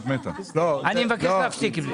אני מבקש להפסיק עם זה.